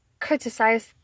criticize